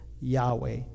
Yahweh